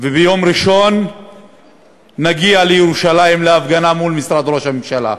ביום ראשון נגיע לירושלים להפגנה מול משרד ראש הממשלה.